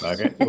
Okay